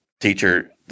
teacher